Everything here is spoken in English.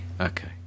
okay